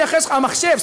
המחשב,